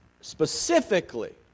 specifically